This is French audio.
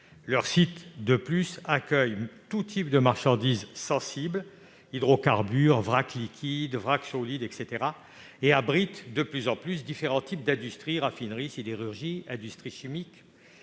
ces sites accueillent tout type de marchandises sensibles- hydrocarbures, vrac liquide, vrac solide, etc. -et abritent de plus en plus différents types d'industries : raffineries, sidérurgies ou industries chimiques.